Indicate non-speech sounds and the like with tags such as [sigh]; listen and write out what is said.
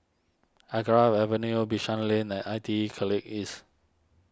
[unintelligible] Avenue Bishan Lane and I T E College East